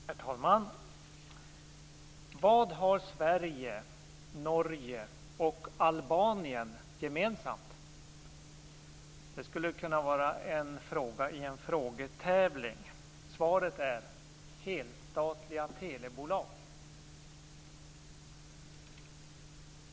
Herr talman! Vad har Sverige, Norge och Albanien gemensamt? Det skulle kunna vara en fråga i en frågetävling. Svaret är: Helstatliga telebolag.